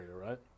right